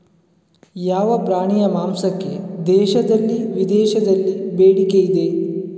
ಯಾವ ಪ್ರಾಣಿಯ ಮಾಂಸಕ್ಕೆ ದೇಶದಲ್ಲಿ ವಿದೇಶದಲ್ಲಿ ಬೇಡಿಕೆ ಇದೆ?